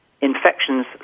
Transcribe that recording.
infections